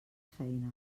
feina